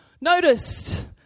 noticed